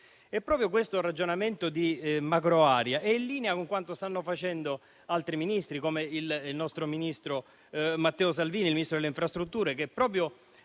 Proprio questo ragionamento di macro area è in linea con quanto stanno facendo altri Ministri, come il nostro ministro Matteo Salvini, il Ministro delle infrastrutture, con il